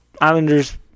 Islanders